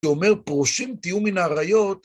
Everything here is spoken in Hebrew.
שאומר, פרושים תהיו מן העריות.